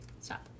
stop